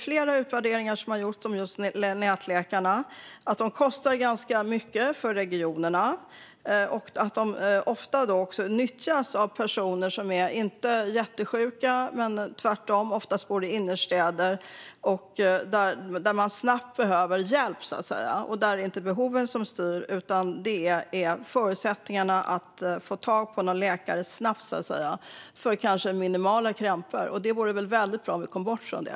Flera utvärderingar av nätläkare visar att de kostar ganska mycket för regionerna och att de ofta nyttjas av personer som bor i innerstäder och inte är jättesjuka utan tvärtom bara vill ha snabb hjälp. Då är det inte behoven som styr, utan det är förutsättningarna för att få tag på någon läkare snabbt - för krämpor som kanske är minimala. Det vore väldigt bra att komma bort från det.